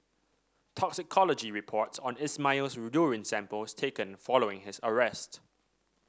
toxicology reports on Ismail's urine samples taken following his arrest